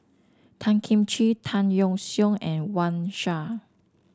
Tan Kim Ching Tan Yeok Seong and Wang Sha